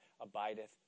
abideth